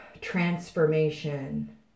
transformation